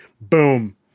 Boom